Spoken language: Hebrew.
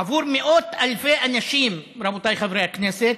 עבור מאות אלפי אנשים, רבותיי חברי הכנסת,